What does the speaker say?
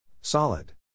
Solid